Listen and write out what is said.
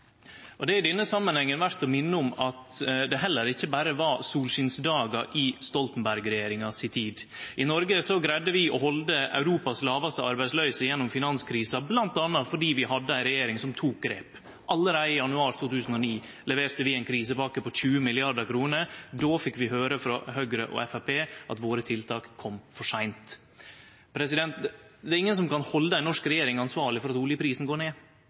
Det er i denne samanhengen verdt å minne om at det heller ikkje berre var solskinsdagar i Stoltenberg-regjeringa si tid. I Noreg greidde vi å halde Europas lågaste arbeidsløyse gjennom finanskrisa, bl.a. fordi vi hadde ei regjering som tok grep. Allereie i januar 2009 leverte vi ein krisepakke på 20 mrd. kr. Då fekk vi høyre frå Høgre og Framstegspartiet at våre tiltak kom for seint. Det er ingen som kan halde ei norsk regjering ansvarleg for at oljeprisen går ned.